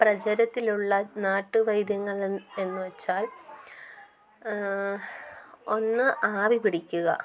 പ്രചാരത്തിലുള്ള നാട്ടുവൈദ്യങ്ങൾ എന്നു വെച്ചാൽ ഒന്ന് ആവി പിടിക്കുക